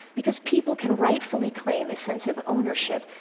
because people can rightfully claim a sense of ownership.